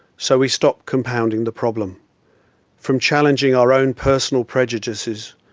so we stop compounding the problem from challenging our own personal prejudices,